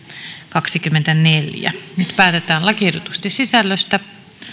kaksikymmentäneljä nyt päätetään lakiehdotusten sisällöstä